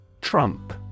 Trump